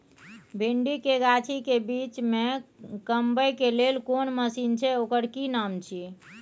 भिंडी के गाछी के बीच में कमबै के लेल कोन मसीन छै ओकर कि नाम छी?